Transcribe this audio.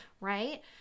right